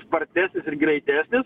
spartesnis ir greitesnis